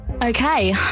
Okay